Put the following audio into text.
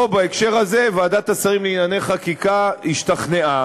פה, בהקשר הזה, ועדת השרים לענייני חקיקה השתכנעה